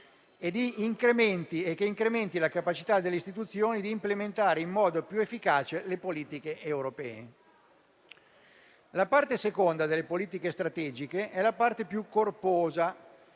che incrementi la capacità delle istituzioni di implementare in modo più efficace le politiche europee. La parte seconda delle politiche strategiche è la più corposa